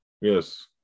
Yes